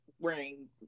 wearing